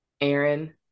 Aaron